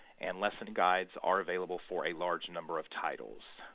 and lesson guides are available for a large number of titles.